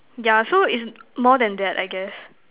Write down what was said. yeah so is more than that I guess